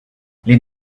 les